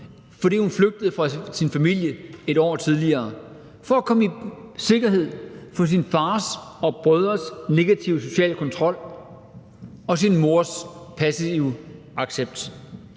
fordi hun flygtede fra sin familie et år tidligere, for at komme i sikkerhed for sin fars og brødres negative sociale kontrol og sin mors passive accept.